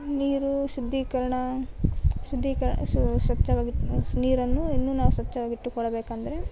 ನೀರು ಶುದ್ದೀಕರಣ ಶುದ್ದೀಕರ ಸ್ವಚ್ಛವಾಗಿ ನೀರನ್ನು ಇನ್ನು ನಾವು ಸ್ವಚ್ಛವಾಗಿಟ್ಟುಕೊಳ್ಳಬೇಕೆಂದ್ರೆ